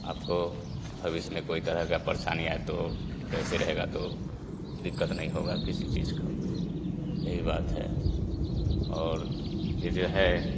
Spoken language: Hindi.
आपको भविष्य में कोई तरह का परेशानी आए तो पैसे रहेगा तो दिक्कत नहीं होगा किसी चीज का यही बात है और ये जो है